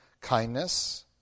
kindness